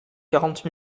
quarante